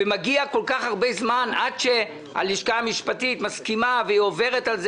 ומגיע כל כך הרבה זמן עד שהלשכה המשפטית מסכימה והיא עוברת על זה